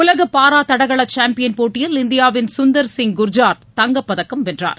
உலக பாரா தடகள சாம்பியன் போட்டியில் இந்தியாவின் சுந்தர்சிங் குர்ஜார் தங்கப் பதக்கம் வென்றார்